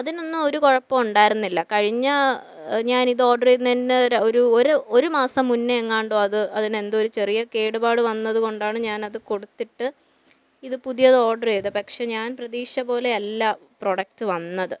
അതിനൊന്നും ഒരു കുഴപ്പവും ഉണ്ടായിരുന്നില്ല കഴിഞ്ഞ ഞാനിത് ഓഡർ ചെയ്യുന്നതിന്ന് ഒരു ഒരു ഒര് മാസം മുന്നെ എങ്ങാണ്ടോ അത് അതിനെന്തോരു ചെറിയ കേടുപാട് വന്നത് കൊണ്ടാണ് ഞാൻ അത് കൊടുത്തിട്ട് ഇത് പുതിയത് ഓർഡറ് ചെയ്തത് പക്ഷേ ഞാൻ പ്രതീക്ഷിച്ച പോലെയല്ല പ്രൊഡക്റ്റ് വന്നത്